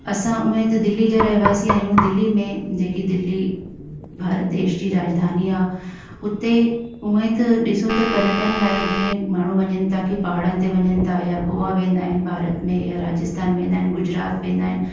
असां उहे त दिल्ली जा रहिवासी आहियूं दिल्ली में जेकी दिल्ली भारत देश जी राजधानी आहे हुते उहे त ॾिसूं त पर्यटन लाइ जीअं माण्हू वञनि था कि पहाड़नि ते वञनि था या गोआ वेंदा आहिनि भारत में या राजस्थान वेंदा आहिनि गुजरात वेंदा आहिनि